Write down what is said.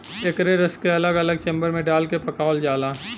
एकरे रस के अलग अलग चेम्बर मे डाल के पकावल जाला